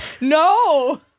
No